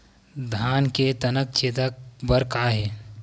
धान के तनक छेदा बर का हे?